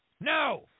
No